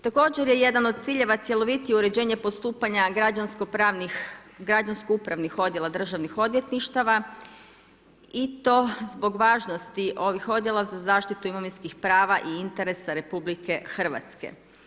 Također je jedan od ciljeva cjelovitije uređenje postupanja građansko pravnih, građansko upravnih odjela odvjetništava i to zbog važnosti ovih odjela za zaštitu imovinskih prava i interesa Republike Hrvatske.